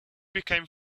became